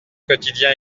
quotidien